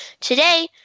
today